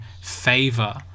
favor